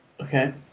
okay